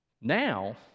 Now